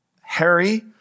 Harry